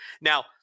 now